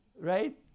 Right